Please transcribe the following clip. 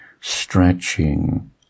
stretching